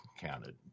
counted